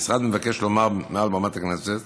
המשרד מבקש לומר מעל במת הכנסת.